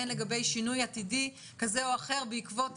והן לגבי שינוי עתידי זה או אחר בעקבות